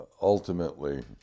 ultimately